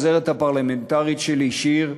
העוזרת הפרלמנטרית שלי, שיר,